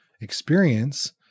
experience